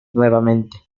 nuevamente